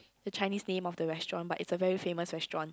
the Chinese name of the restaurant but it's a very famous restaurant